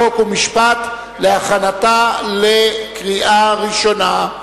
חוק ומשפט להכנתה לקריאה ראשונה.